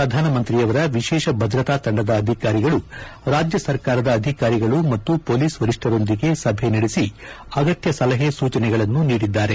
ಪ್ರಧಾನಮಂತ್ರಿಯವರ ವಿಶೇಷ ಭದ್ರತಾ ತಂಡದ ಅಧಿಕಾರಿಗಳು ರಾಜ್ಯ ಸರ್ಕಾರದ ಅಧಿಕಾರಿಗಳು ಮತ್ತು ಪೊಲೀಸ್ ವರಿಷ್ಠರೊಂದಿಗೆ ಸಭೆ ನಡೆಸಿ ಅಗತ್ಯ ಸಲಹೆ ಸೂಚನೆಗಳನ್ನು ನೀಡಿದ್ದಾರೆ